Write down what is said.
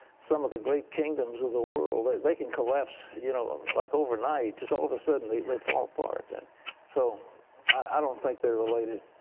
some of the great kingdoms of the world, they can collapse you know ah like overnight. just all of a sudden they they fall apart. and so i don't think they're related.